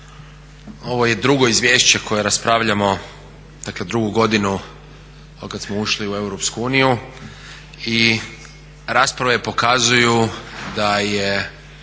Ovo je drugo izvješće koje raspravljamo, dakle drugu godinu otkad smo ušli u EU i rasprave pokazuju da je